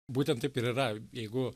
būtent taip ir yra jeigu